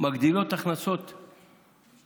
הן מגדילות את הכנסות המדינה.